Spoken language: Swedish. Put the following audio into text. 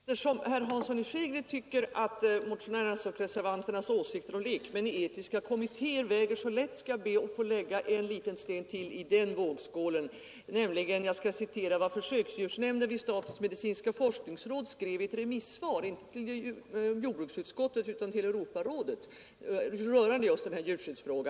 Herr talman! Eftersom herr Hansson i Skegrie tycker att motionärer nas och reservanternas åsikter om lekmän i etiska kommittéer väger så lätt, skall jag be att få lägga en liten sten till i den vågskålen. Jag skall nämligen citera vad försöksdjursnämnden vid statens medicinska forskningsråd skrev om djurskyddsfrågan i ett remissvar, inte till jordbruksutskottet utan till Europarådet.